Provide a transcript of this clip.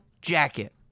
jacket